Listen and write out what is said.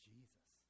Jesus